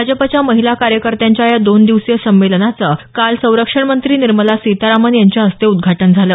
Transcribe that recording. भाजपाच्या महिला कार्यकर्त्यांच्या या दोन दिवसीय संमेलनाचं काल संरक्षण मंत्री निर्मला सीतारामन यांच्या हस्ते उद्घाटन झालं